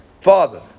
father